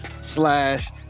slash